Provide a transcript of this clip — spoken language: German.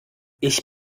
ich